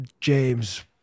James